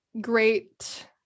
great